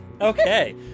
Okay